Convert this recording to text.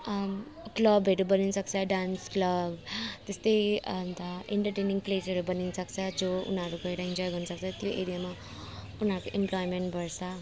क्लबहरू बनिनसक्छ dance club त्यस्तै अन्त इन्टरटेनिङ प्लेसहरू बनिनसक्छ जो उनीहरू गएर इन्जोय गर्नसक्छ त्यो एरियामा उनीहरूको इम्प्लोइमेन्ट बढ्छ